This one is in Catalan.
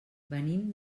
venim